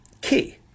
key